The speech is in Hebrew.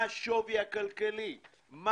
מה השווי הכלכלי.